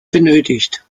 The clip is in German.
benötigt